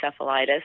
encephalitis